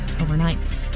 overnight